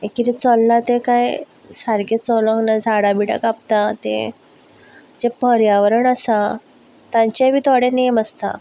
हें कितें चल्ला तें काय सारकें चलूंक ना झडां बिडां कापता तें जें पर्यावरण आसा तांचे बी थोडे नेम आसता